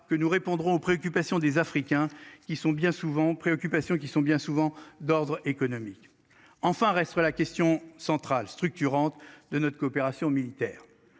qui sont bien souvent préoccupations qui sont bien souvent d'ordre économique. Enfin, reste la question centrale structurante de notre coopération militaire.